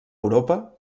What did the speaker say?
europa